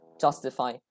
justify